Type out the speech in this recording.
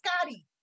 Scotty